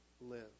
live